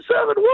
seven